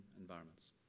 Environments